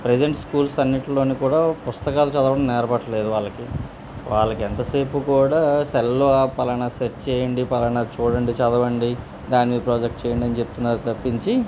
present schools అన్నిటిలోని కూడా పుస్తకాలు చదవడం నేర్పట్లేదు వాళ్ళకి వాళ్ళకి ఎంతసేపు కూడా సెల్లో పలానా సెట్ చేయండి పలానా చూడండి చదవండి దాని మీద ప్రాజెక్ట్ చేయండి అని చెప్తున్నారు తప్పించి